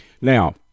Now